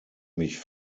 mich